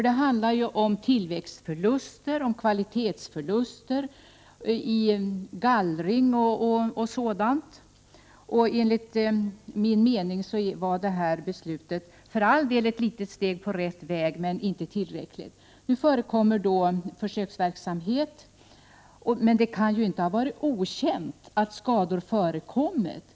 Det handlar om tillväxtförluster, kvalitetsförluster vid gallring osv. Enligt min mening var detta beslut för all del ett litet steg på rätt väg, men inte tillräckligt. Det kan ju inte ha varit okänt att skador har förekommit.